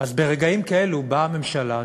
אז ברגעים כאלה באה הממשלה,